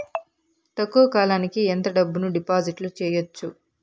తక్కువ కాలానికి ఎంత డబ్బును డిపాజిట్లు చేయొచ్చు?